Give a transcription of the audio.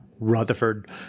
Rutherford